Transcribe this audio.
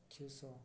ଚାକ୍ଷୁଷ